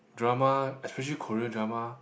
drama especially Korean drama